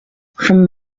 from